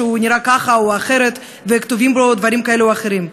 שהוא נראה ככה או אחרת וכתובים בו דברים כאלה או אחרים,